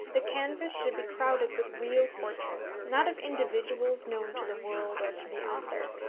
the canvas should be crowded with real portraits, not of individuals known to the world or to the author,